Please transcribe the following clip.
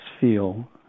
feel